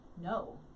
no